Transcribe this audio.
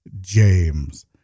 James